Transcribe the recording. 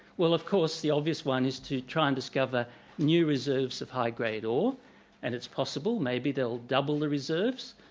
well of course the obvious one is to try and discover new reserves of high-grade ore and it's possible maybe they'll double the reserves.